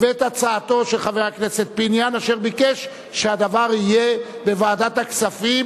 ואת הצעתו של חבר הכנסת פיניאן אשר ביקש שהדבר יהיה בוועדת הכספים.